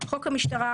חוק המשטרה,